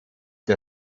der